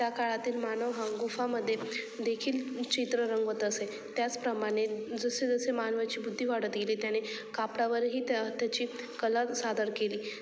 त्या काळातील मानव हा गुफामध्ये देखील चित्र रंगवत असे त्याचप्रमाणे जसे जसे मानवाची बुद्धी वाढत गेली त्याने कापडावरही त्या त्याची कला सादर केली